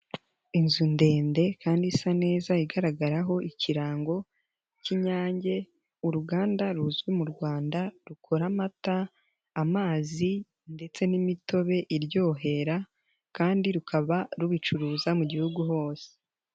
Inzu ndende kandi isa neza igaragaraho ikirango k'inyange uruganda ruzwi mu Rwanda rukora amata, amazi ndetse n'imitobe iryohera kandi rukaba rubicuruza mu Gihugu hose.